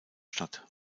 statt